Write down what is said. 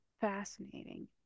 fascinating